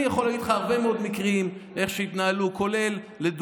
אני יכול לתת לך הרבה מאוד מקרים שכך התנהלו בהם,